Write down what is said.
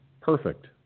perfect